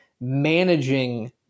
managing